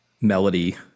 melody